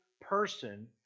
person